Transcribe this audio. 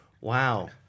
Wow